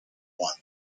won